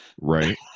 Right